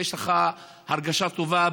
יש לך הרגשה טובה,